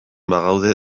bagaude